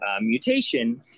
mutation